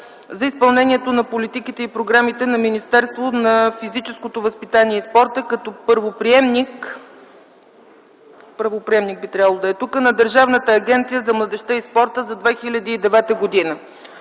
за изпълнението на политиките и програмите на Министерство на физическото възпитание и спорта като правоприемник на Държавната агенция за младежта и спорта за 2009 г.